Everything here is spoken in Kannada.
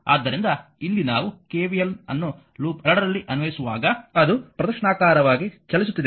ಆದ್ದರಿಂದ ಇಲ್ಲಿ ನಾವು KVL ಅನ್ನು ಲೂಪ್ 2 ನಲ್ಲಿ ಅನ್ವಯಿಸುವಾಗ ಅದು ಪ್ರದಕ್ಷಿಣಾಕಾರವಾಗಿ ಚಲಿಸುತ್ತಿದೆ